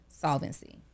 Solvency